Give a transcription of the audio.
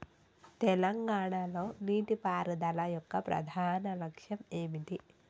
తెలంగాణ లో నీటిపారుదల యొక్క ప్రధాన లక్ష్యం ఏమిటి?